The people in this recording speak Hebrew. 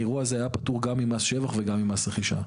האירוע הזה היה פטור גם ממס שבח וגם ממס רכישה.